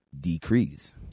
decrease